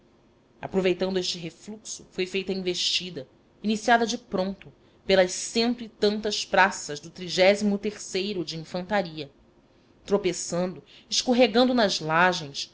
aproveitando este refluxo foi feita a investida iniciada de pronto pelas cento e tantas praças do o de infantaria tropeçando escorregando nas lajens